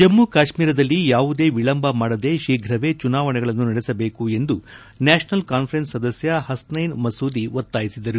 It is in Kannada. ಜಮ್ಲು ಕಾಶ್ವೀರದಲ್ಲಿ ಯಾವುದೇ ವಿಳಂಬ ಮಾಡದೇ ಶೀಘ್ರವೇ ಚುನಾವಣೆಗಳನ್ನು ನಡೆಸಬೇಕು ಎಂದು ನ್ಯಾಷನಲ್ ಕಾನ್ವರೆನ್ಸ್ ಸದಸ್ಯ ಹಸ್ನೈನ್ ಮಸೂದಿ ಒತ್ತಾಯಿಸಿದರು